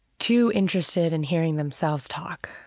too interested in hearing themselves talk.